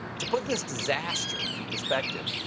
to put this disaster in perspective,